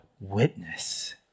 witness